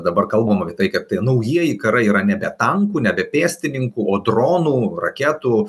dabar kalbam apie tai kad tie naujieji karai yra nebe tankų nebe pėstininkų o dronų raketų